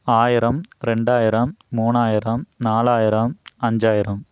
ஆயிரம் ரெண்டாயிரம் மூணாயிரம் நாலாயிரம் அஞ்சாயிரம்